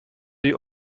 die